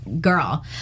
girl